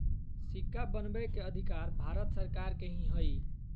सिक्का बनबै के अधिकार भारत सरकार के ही हइ